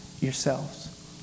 yourselves